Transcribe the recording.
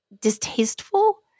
distasteful